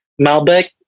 Malbec